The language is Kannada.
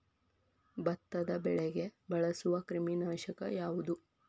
ಭತ್ತದ ಬೆಳೆಗೆ ಬಳಸುವ ಕ್ರಿಮಿ ನಾಶಕ ಯಾವುದು?